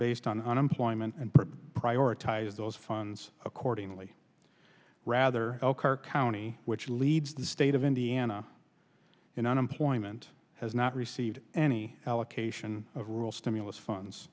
based on unemployment and prioritize those funds accordingly rather elkhart county which leads the state of indiana in unemployment has not received any allocation of real stimulus funds